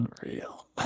unreal